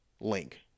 link